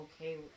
okay